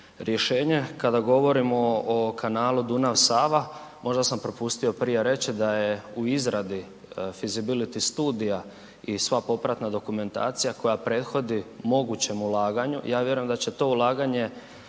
rješenje. Kada govorimo o kanalu Dunav-Sava, možda sam propustio prije reći da je u izradi fizibiliti studija i sva popratna dokumentacija koja prethodi mogućem ulaganju. Ja vjerujem da će to ulaganje